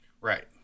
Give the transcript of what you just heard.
Right